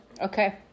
Okay